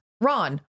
ron